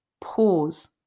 Pause